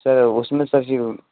sir उसमें sir ji वो